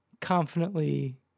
confidently